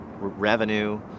revenue